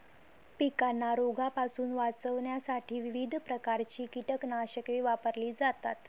पिकांना रोगांपासून वाचवण्यासाठी विविध प्रकारची कीटकनाशके वापरली जातात